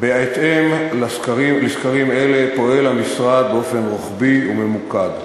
בהתאם לסקרים אלה פועל המשרד באופן רוחבי וממוקד.